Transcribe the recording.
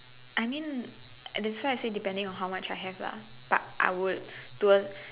I mean that's why I say depending on how have lah but I would